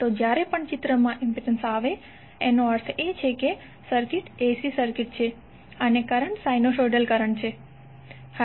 તો જ્યારે પણ ચિત્રમાં ઇમ્પિડન્સ આવે એનો અર્થ છે કે સર્કિટ AC સર્કિટ છે અને કરંટ સાઇનોસોઇડલ કરંટ છે